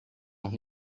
noch